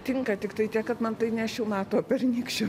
tinka tiktai tiek kad man tai ne šių metų o pernykščių